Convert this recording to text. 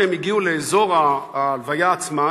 כשהם הגיעו לאזור ההלוויה עצמה,